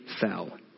fell